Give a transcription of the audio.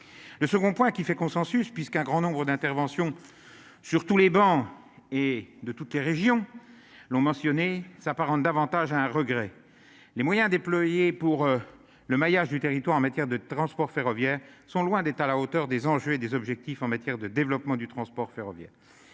le second point qui fait consensus puisqu'un grand nombre d'interventions sur tous les bancs et de toutes les régions l'ont mentionné s'apparente davantage à un regret, les moyens déployés pour le maillage du territoire en matière de transport ferroviaire sont loin d'être à la hauteur des enjeux et des objectifs en matière de développement du transport ferroviaire,